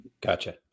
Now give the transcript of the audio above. Gotcha